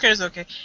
okay